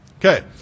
Okay